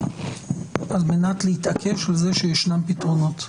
על מנת להתעקש על כך שישנם פתרונות,